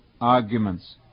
arguments